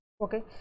okay